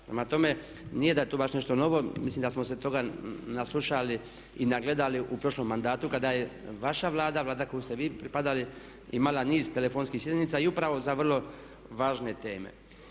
Prema tome, nije da je to baš nešto novo, mislim da smo se toga naslušali i nagledali u prošlom mandatu kada je vaša Vlada, Vlada kojoj ste vi pripadali imali niz telefonskih sjednica i upravo za vrlo važne teme.